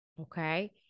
okay